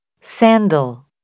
sandal